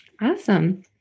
Awesome